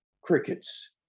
crickets